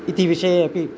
इति विषये अपि